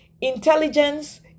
intelligence